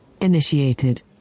initiated